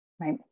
right